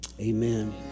amen